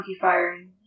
firing